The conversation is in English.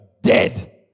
dead